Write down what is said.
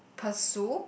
pursue